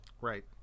Right